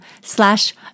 slash